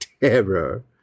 terror